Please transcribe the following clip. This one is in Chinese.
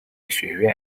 学院